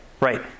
right